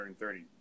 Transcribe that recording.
130